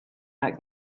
that